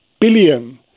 billion